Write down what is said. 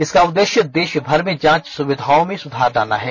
इसका उद्देश्य देश भर में जांच सुविधाओं में सुधार लाना है